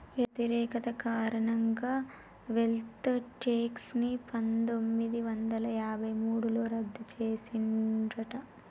వ్యతిరేకత కారణంగా wealth tax ని పందొమ్మిది వందల యాభై మూడులో రద్దు చేసిండ్రట